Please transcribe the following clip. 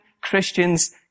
Christians